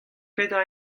petra